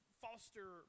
foster